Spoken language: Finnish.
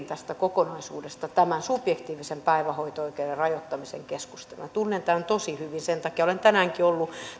tästä kokonaisuudesta tämän subjektiivisen päivähoito oikeuden rajoittamisen keskustalta tunnen tämän tosi hyvin sen takia olen tänäänkin ollut